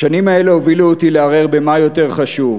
השנים האלה הובילו אותי להרהר במה יותר חשוב,